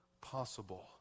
possible